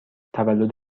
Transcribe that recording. تولد